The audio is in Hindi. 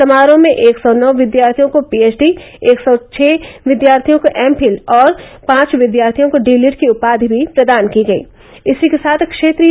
समारोह में एक सौ नौ विद्यार्थियों को पीएचडी एक सौ छः विद्यार्थियों को एम फिल और पांच विद्यार्थियों को डी लिट की उपाधि भी प्रदान की गयी